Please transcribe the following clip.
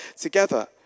together